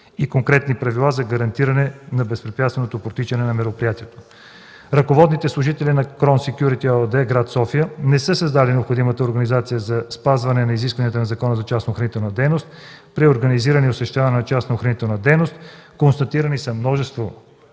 и конкретни правила за гарантиране на безпрепятственото протичане на мероприятието. Ръководните служители на „Крон Секюрити” ЕООД – град София, не са създали необходимата организация за спазване на изискванията на Закона за частната охранителна дейност при организиране и осъществяване на частна охранителна дейност. Констатирани са множество